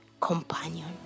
companion